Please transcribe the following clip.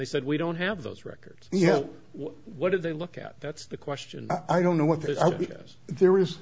they said we don't have those records you know what did they look at that's the question i don't know what this is there is